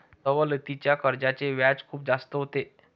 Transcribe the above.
सवलतीच्या कर्जाचे व्याज खूप जास्त होते